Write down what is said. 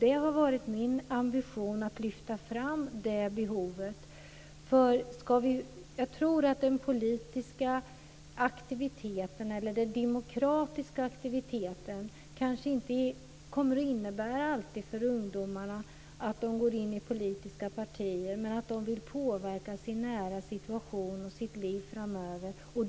Det har varit min ambition att lyfta fram det behovet. Jag tror att den politiska eller den demokratiska aktiviteten kanske inte alltid kommer att innebära för ungdomar att de går in i politiska partier, men att de vill kunna påverka sin situation och sitt liv framöver.